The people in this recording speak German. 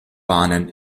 bahnen